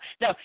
no